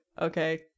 okay